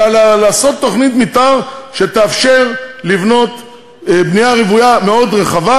אלא לעשות תוכנית מתאר שתאפשר לבנות בנייה רוויה מאוד רחבה,